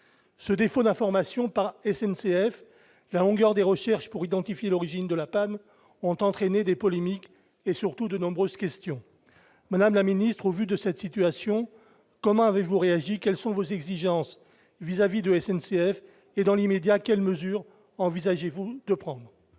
ce défaut d'information pas SNCF la longueur des recherches pour identifier l'origine de la panne ont entraîné des polémiques et surtout de nombreuses questions, madame la ministre, au vu de cette situation, comment avez-vous réagi, quelles sont vos exigences vis-à-vis de la SNCF et dans l'immédiat, quelles mesures envisagez-vous de prendre,